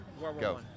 Go